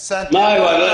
בחברה הערבית